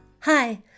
Hi